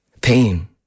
pain